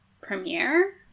premiere